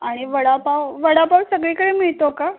आणि वडापाव वडापाव सगळीकडे मिळतो का